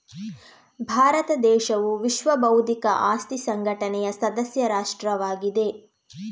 ಭಾರತ ದೇಶವು ವಿಶ್ವ ಬೌದ್ಧಿಕ ಆಸ್ತಿ ಸಂಘಟನೆಯ ಸದಸ್ಯ ರಾಷ್ಟ್ರವಾಗಿದೆ